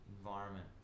Environment